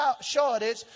shortage